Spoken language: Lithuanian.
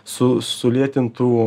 su sulėtintų